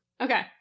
Okay